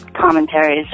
commentaries